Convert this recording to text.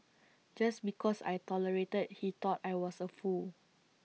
just because I tolerated he thought I was A fool